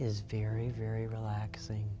is very very relaxing